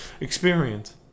...experience